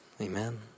Amen